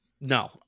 No